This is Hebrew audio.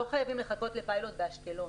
לא חייבים לחכות לפיילוט באשקלון.